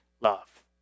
love